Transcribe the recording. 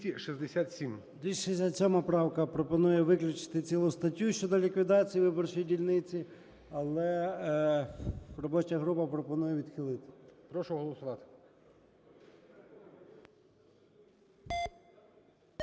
267 правка пропонує виключити цілу статтю щодо ліквідації виборчої дільниці. Але робоча група пропонує відхилити.